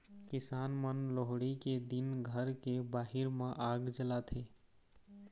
किसान मन लोहड़ी के दिन घर के बाहिर म आग जलाथे